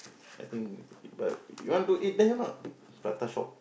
I think people you want to eat there not prata shop